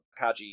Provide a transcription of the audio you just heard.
Kaji